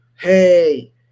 hey